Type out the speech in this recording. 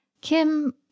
Kim